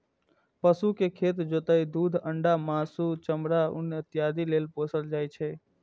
पशु कें खेत जोतय, दूध, अंडा, मासु, चमड़ा, ऊन इत्यादि लेल पोसल जाइ छै